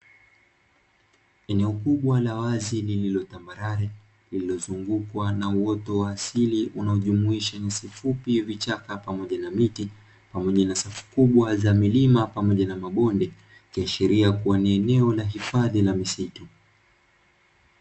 Eneo kubwa la wazi lililo tambarare lililozungukwa na uoto wa asili unaojumuisha nyasi fupi, vichaka pamoja na miti pamoja na safu kubwa za milima, pamoja na mabonde ikiashiria kuwa ni eneo la hifdhi za misitu.